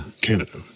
Canada